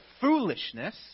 foolishness